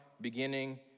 beginning